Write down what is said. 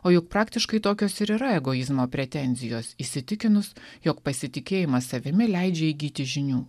o juk praktiškai tokios ir yra egoizmo pretenzijos įsitikinus jog pasitikėjimas savimi leidžia įgyti žinių